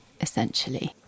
essentially